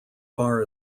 far